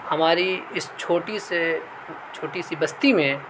ہماری اس چھوٹی سے چھوٹی سی بستی میں